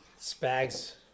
spags